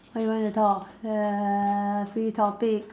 what you want to talk err free topic